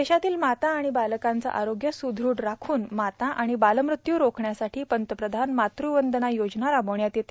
देशातील माता आणि बालकांचे आरोग्य सुदृढ राखून माता आणि बालमृत्यु रोखण्यासाठी पंतप्रधान मातु वंदना योजना राबविण्यात येते